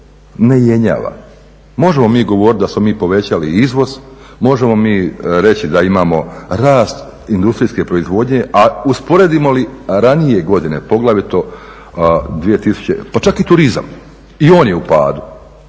ne jenjava. Možemo mi govoriti da smo mi povećali izvoz, možemo mi reći da imamo rast industrijske proizvodnje, a usporedimo li ranije godine pa čak i turizam i on je u padu.